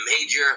major